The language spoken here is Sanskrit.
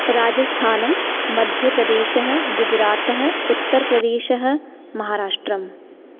राजस्थानं मध्यप्रदेशः गुजरातः उत्तरप्रदेशः महाराष्ट्रम्